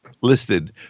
listed